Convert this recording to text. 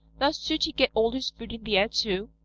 does sooty get all his food in the air too?